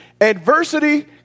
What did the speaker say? adversity